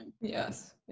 Yes